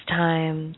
time